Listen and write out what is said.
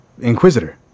inquisitor